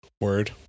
Word